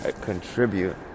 contribute